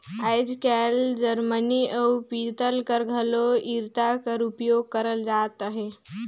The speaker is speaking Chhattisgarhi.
आएज काएल जरमनी अउ पीतल कर घलो इरता कर उपियोग करल जात अहे